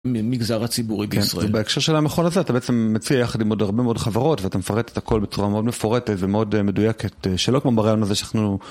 מגזר הציבורי בישראל. ובהקשר של המכון הזה אתה בעצם מציע יחד עם עוד הרבה מאוד חברות ואתה מפרט את הכל בצורה מאוד מפורטת ומאוד מדויקת שלא כמו בריאיון הזה שאנחנו...